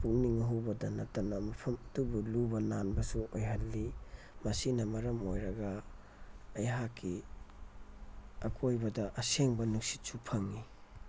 ꯄꯨꯛꯅꯤꯡ ꯍꯨꯕꯇ ꯅꯠꯇꯅ ꯃꯐꯝ ꯑꯗꯨꯕꯨ ꯂꯨꯕ ꯅꯥꯟꯕꯁꯨ ꯑꯣꯏꯍꯟꯂꯤ ꯃꯁꯤꯅ ꯃꯔꯝ ꯑꯣꯏꯔꯒ ꯑꯩꯍꯥꯛꯀꯤ ꯑꯀꯣꯏꯕꯗ ꯑꯁꯦꯡꯕ ꯅꯨꯡꯁꯤꯠꯁꯨ ꯐꯪꯉꯤ